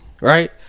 right